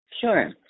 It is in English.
Sure